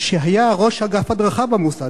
שהיה ראש אגף הדרכה במוסד.